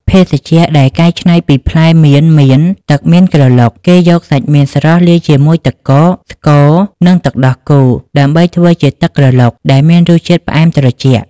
ភេសជ្ជៈដែលកែច្នៃពីផ្លែមៀនមាន ទឹកមៀនក្រឡុក គេយកសាច់មៀនស្រស់លាយជាមួយទឹកកក ស្ករ និងទឹកដោះគោដើម្បីធ្វើជាទឹកក្រឡុកដែលមានរសជាតិផ្អែមត្រជាក់។